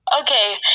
Okay